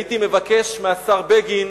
הייתי מבקש מהשר בגין